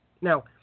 Now